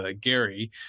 Gary